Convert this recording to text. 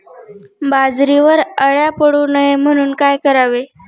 बाजरीवर अळ्या पडू नये म्हणून काय करावे?